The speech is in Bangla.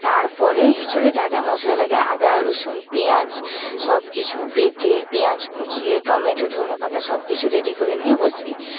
তারপরে এঁচোড়ে যা যা মসলা লাগে আদা রসুন পেঁয়াজ সবকিছু বেটে পেঁয়াজ কুচিয়ে টমেটো ধনেপাতা সবকিছু রেডি করে নিয়ে বসি